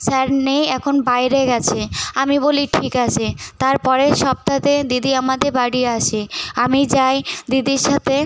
sir নেই এখন বাইরে গেছে আমি বলি ঠিক আছে তারপরের সপ্তাহতে দিদি আমাদের বাড়ি আসে আমি যাই দিদির সাথে